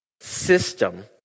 system